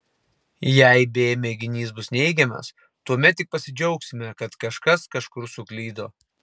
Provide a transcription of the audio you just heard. jei b mėginys bus neigiamas tuomet tik pasidžiaugsime kad kažkas kažkur suklydo